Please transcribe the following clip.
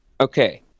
Okay